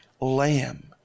lamb